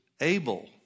able